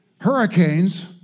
hurricanes